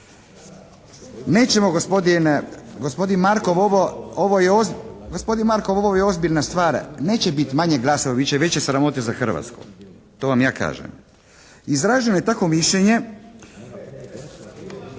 Nećemo gospodin Markov ovo je ozbiljna stvar. Neće biti manje … /Ne razumije se./ … bit će veće sramote za Hrvatsku. To vam ja kažem. Izraženo je tako mišljenje…